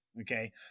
Okay